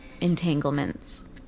entanglements